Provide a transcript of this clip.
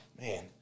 man